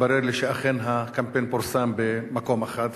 התברר לי שאכן הקמפיין פורסם במקום אחד,